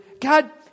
God